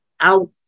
out